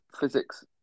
physics